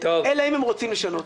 אלא אם כן הם רוצים לשנות.